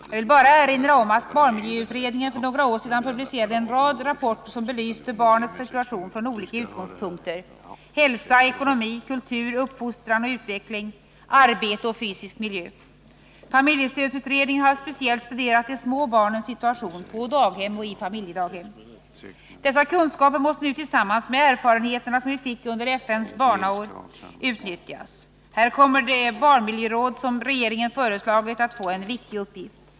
Jag vill bara erinra om att barnmiljöutredningen för några år sedan publicerade en rad rapporter som belyste barnets situation från olika utgångspunkter: hälsa, ekonomi, kultur, uppfostran och utveckling, arbete och fysisk miljö. Familjestödsutredningen har speciellt studerat de små barnens situation — på daghem och i familjedaghem. Dessa kunskaper måste nu tillsammans med de erfarenheter som vi fick under FN:s barnår utnyttjas. Här kommer det barnmiljöråd som regeringen föreslagit att få en viktig uppgift.